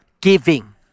giving